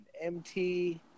MT